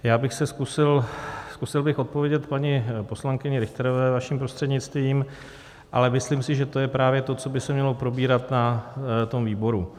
Já bych zkusil odpovědět paní poslankyni Richterová vaším prostřednictvím, ale myslím si, že to je právě to, co by se mělo probírat na tom výboru.